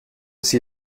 sie